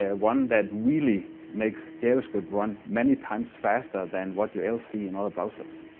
ah one that really makes javascript run many times faster than what you will see in other processes.